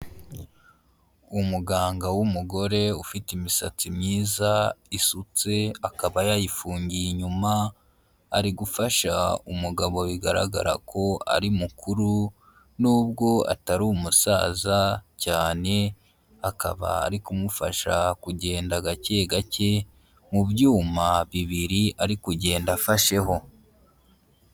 Umuganga w'umugore ufite imisatsi myiza isutse akaba yayifungiye inyuma, ari gufasha umugabo bigaragara ko ari mukuru n'ubwo atari umusaza cyane, akaba ari kumufasha kugenda gake gake, mu byuma bibiri ari kugenda afasheho.